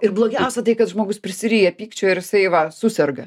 ir blogiausia tai kad žmogus prisiryja pykčio ir jisai va suserga